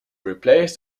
replace